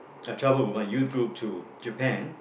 I traveled with my youth group to Japan